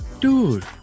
Dude